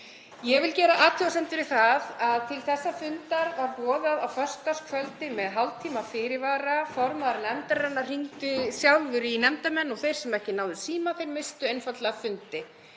Ég vil gera athugasemdir við það að til þessa fundar var boðað á föstudagskvöldi með hálftíma fyrirvara. Formaður nefndarinnar hringdi sjálfur í nefndarmenn og þeir sem ekki náðu símanum misstu einfaldlega af fundi.